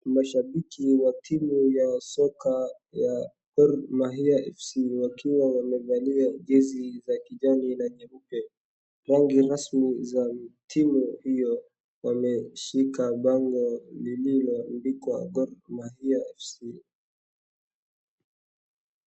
Mashabiki wa timu ya soka ya Gor Mahia FC wakiwa wamevalia a jezi ya kijani na nyeupe, rangi rasmi za timu hio, wameshika bango lililoandikwa Gor Mahia FC.